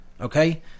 Okay